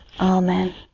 Amen